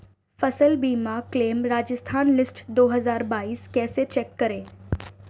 फसल बीमा claim Rajasthan list दो हज़ार बाईस कैसे चेक करें?